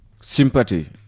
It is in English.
sympathy